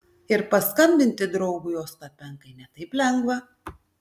ir paskambinti draugui ostapenkai ne taip lengva